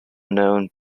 known